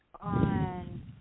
on